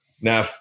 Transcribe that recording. Now